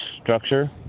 structure